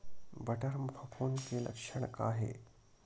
बटर म फफूंद के लक्षण का हे?